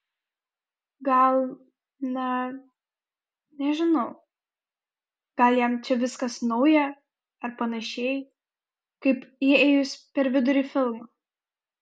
gal na nežinau gal jam čia viskas nauja ar panašiai kaip įėjus per vidurį filmo